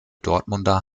dortmunder